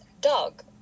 dog